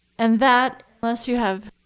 and that unless you have